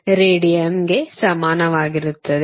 00105 ರೇಡಿಯನ್ಗೆ ಸಮಾನವಾಗಿರುತ್ತದೆ